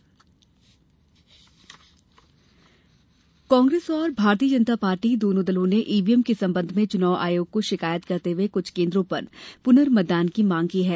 शिकायत कांग्रेस और भारतीय जनता पार्टी दोनों दलों ने ईवीएम के संबंध में चुनाव आयोग को शिकायत करते हुए कुछ केन्द्रों पर पुर्नमतदान की मांग की है